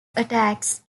attacks